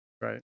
Right